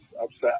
upset